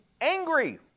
angry